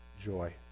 joy